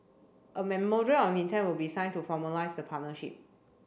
a of intent will be signed to formalise the partnership